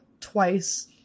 twice